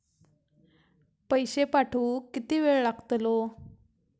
पैशे पाठवुक किती वेळ लागतलो?